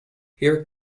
here